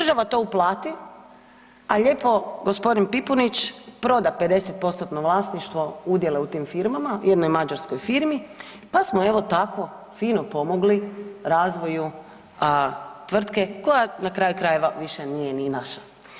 Država to uplati, a lijepo g. Pipunić proda 50%-tno vlasništvo udjela u ti firmama jednoj mađarskoj firmi pa smo evo tako fino pomogli razviju tvrtke koja na kraju krajeva više nije ni naša.